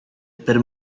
per